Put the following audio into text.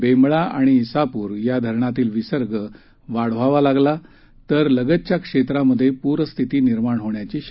बेंबळा आणि इसापूर या धरणातील विसर्ग वाढवावा लागला तर लगतच्या क्षेत्रात पूरस्थिती निर्माण होण्याची शक्यता आहे